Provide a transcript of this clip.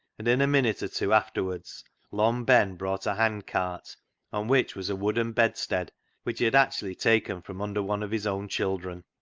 and in a minute or two afterwards long ben brought a hand cart on which was a wooden bedstead which he had actually taken from under one of his own children.